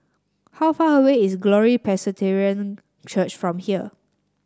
how far away is Glory Presbyterian Church from here